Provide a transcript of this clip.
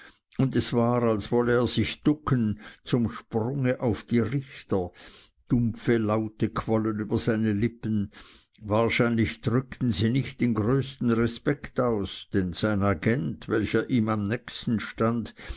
und es war als wolle er sich ducken zum sprunge auf die richter dumpfe laute quollen über seine lippen wahrscheinlich drückten sie nicht den größten respekt aus denn sein agent welcher ihm am nächsten stund